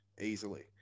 easily